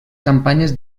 campanyes